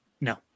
No